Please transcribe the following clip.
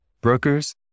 Brokers